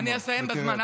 אני אסיים בזמן,